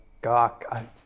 God